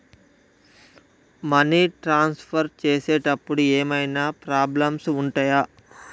Money transfer చేసేటప్పుడు ఏమైనా problems ఉంటయా?